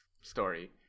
story